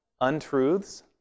untruths